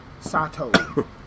Sato